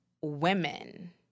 women